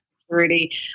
Security